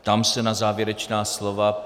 Ptám se na závěrečná slova.